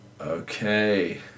Okay